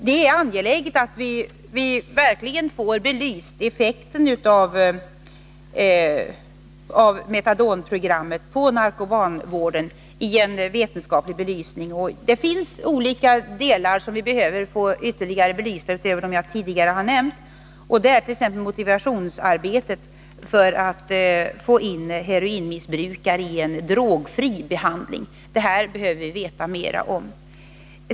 Det är angeläget att vi verkligen får effekten av metadonprogrammet på narkomanvården i en vetenskaplig belysning. Det finns olika delar utöver dem jag tidigare har nämnt som vi behöver få ytterligare belysta, och det är t.ex. motivationsarbetet för att få in heroinmissbrukare i en drogfri behandling. Sådant behöver vi veta mera om.